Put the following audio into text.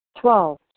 Twelve